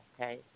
okay